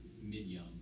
mid-young